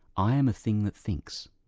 i am a thing that thinks,